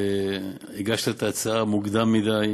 הגשת את ההצעה מוקדם מדי.